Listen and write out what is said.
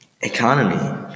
Economy